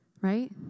Right